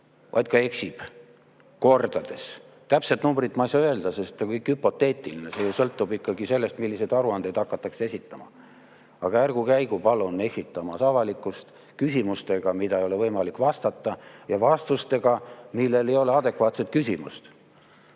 vaid ka eksib, kordades. Täpset numbrit ma ei saa öelda, sest see kõik on hüpoteetiline, see ju sõltub ikkagi sellest, milliseid aruandeid hakatakse esitama. Aga ärgu käigu palun eksitamas avalikkust küsimustega, millele ei ole võimalik vastata, ja vastustega, millel ei ole adekvaatset küsimust.